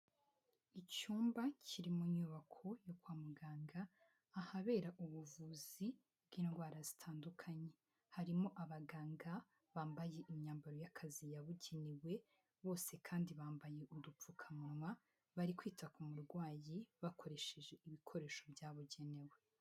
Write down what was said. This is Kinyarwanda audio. Icyumba kiri mu nyubako yo kwa muganga ahabera ubuvuzi bw'indwara zitandukanye harimo: abaganga bambaye imyambaro y'akazi yabugenewe bose kandi bambaye udupfukamunwa bari kwita ku murwayi bakoresheje ibikoresho byabugenewe.